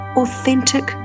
authentic